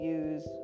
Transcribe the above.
use